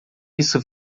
isso